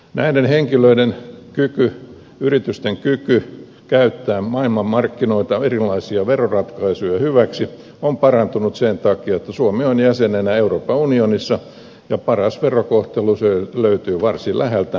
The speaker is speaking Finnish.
näiden henkilöiden kyky yritysten kyky käyttää maailmanmarkkinoita erilaisia veroratkaisuja hyväksi on parantunut sen takia että suomi on jäsenenä euroopan unionissa ja paras verokohtelu löytyy varsin läheltä virosta